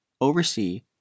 oversee